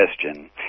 question